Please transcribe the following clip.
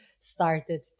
started